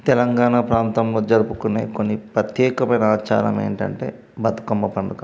తెలంగాణ ప్రాతంలో జరుపుకునే కొన్ని ప్రత్యేకమైన ఆచారం ఏంటంటే బతుకమ్మ పండుగ